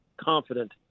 confident